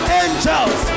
angels